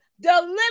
deliver